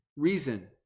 reason